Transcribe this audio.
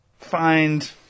find